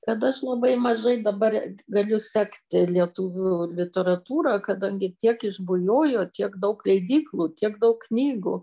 kad aš labai mažai dabar galiu sekti lietuvių literatūrą kadangi tiek išbujojo tiek daug leidyklų tiek daug knygų